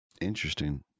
Interesting